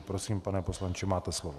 Prosím, pane poslanče, máte slovo.